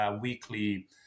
weekly